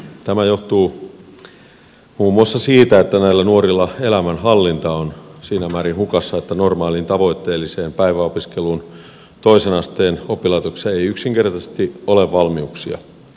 tämä johtuu muun muassa siitä että näillä nuorilla elämänhallinta on siinä määrin hukassa että normaaliin tavoitteelliseen päiväopiskeluun toisen asteen oppilaitoksessa ei yksinkertaisesti ole valmiuksia